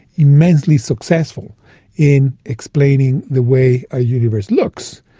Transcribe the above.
immensely successful in explaining the way our universe looks.